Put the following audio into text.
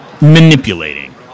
manipulating